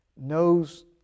knows